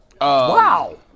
Wow